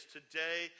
Today